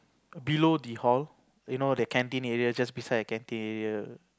below the hall you know the canteen area just beside the canteen area